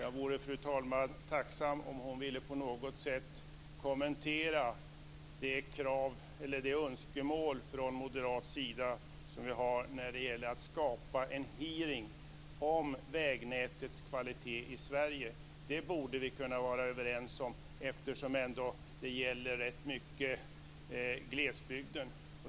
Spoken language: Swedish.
Jag vore, fru talman, tacksam om hon på något sätt ville kommentera det önskemål från moderat sida som vi har när det gäller att skapa en hearing om vägnätets kvalitet i Sverige. Det borde vi kunna vara överens om, eftersom det ändå rätt mycket gäller glesbygden.